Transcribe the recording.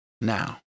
Now